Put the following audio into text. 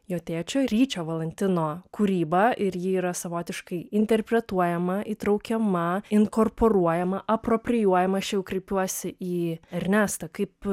jo tėčio ryčio valantino kūryba ir ji yra savotiškai interpretuojama įtraukiama inkorporuojama aproprijuojama aš jau kreipiuosi į ernestą kaip